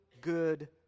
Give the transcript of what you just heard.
good